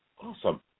Awesome